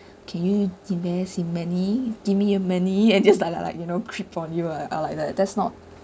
can you invest in money give me your money and just like like like you know creep on you ah like that that's not